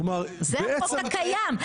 זה החוק הקיים.